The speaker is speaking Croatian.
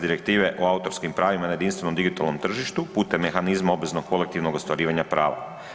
Direktive o autorskim pravima na jedinstvenom digitalnom tržištu putem mehanizma obveznog kolektivnog ostvarivanja prava.